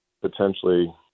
potentially